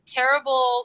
terrible